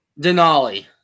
Denali